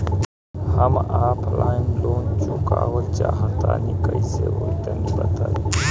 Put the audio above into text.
हम online loan चुकावल चाहऽ तनि कइसे होई तनि बताई?